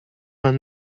vingt